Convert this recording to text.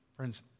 Friends